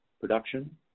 production